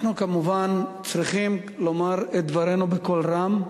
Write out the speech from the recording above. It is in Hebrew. אנחנו כמובן צריכים לומר את דברינו בקול רם,